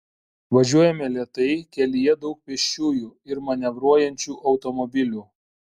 važiuojame lėtai kelyje daug pėsčiųjų ir manevruojančių automobilių